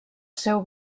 seu